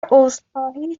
عذرخواهی